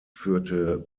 führte